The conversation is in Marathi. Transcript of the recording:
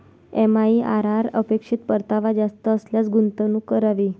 एम.आई.आर.आर अपेक्षित परतावा जास्त असल्यास गुंतवणूक करावी